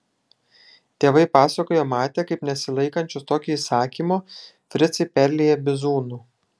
tėvai pasakojo matę kaip nesilaikančius tokio įsakymo fricai perlieja bizūnu